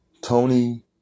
Tony